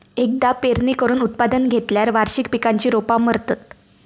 एकदा पेरणी करून उत्पादन घेतल्यार वार्षिक पिकांची रोपा मरतत